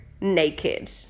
naked